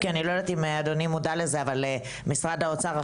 משרד האוצר,